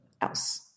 else